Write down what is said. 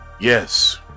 Yes